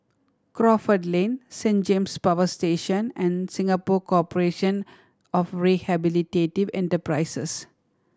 Crawford Lane Saint James Power Station and Singapore Corporation of Rehabilitative Enterprises